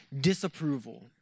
disapproval